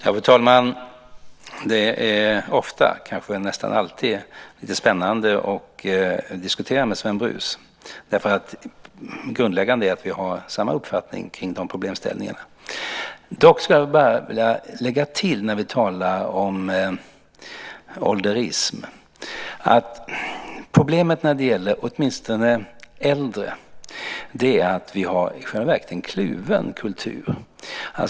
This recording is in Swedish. Fru talman! Det är ofta - kanske nästan alltid - spännande att diskutera med Sven Brus. Grundläggande är att vi har samma uppfattning om olika problemställningar. När vi talar om "ålderism" vill jag dock göra ett tillägg. Problemet när det gäller äldre är att vi i själva verket har en kluven kultur.